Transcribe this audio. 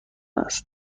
است